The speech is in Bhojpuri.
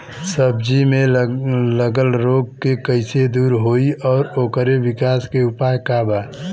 सब्जी में लगल रोग के कइसे दूर होयी और ओकरे विकास के उपाय का बा?